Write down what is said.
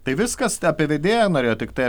tai viskas apie vedėją norėjot tiktai